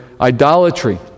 idolatry